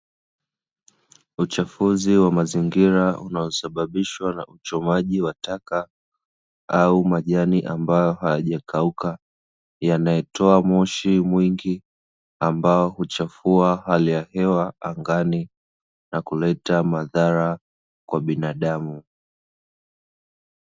Uchafuzi wa mazingira unaosababishwa na uchomaji wa taka au majani ambayo hayaja kauka, yanayotoa moshi mwingi na ambao kuchafua angani na kuleta madhara kwa binadamu.